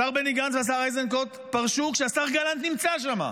השר בני גנץ והשר איזנקוט פרשו כשהשר גלנט נמצא שם,